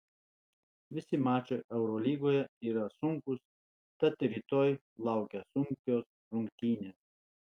visi mačai eurolygoje yra sunkūs tad ir rytoj laukia sunkios rungtynės